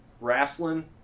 wrestling